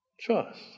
Trust